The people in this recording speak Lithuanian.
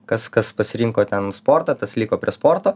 kas kas pasirinko ten sportą tas liko prie sporto